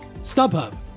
StubHub